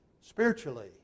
Spiritually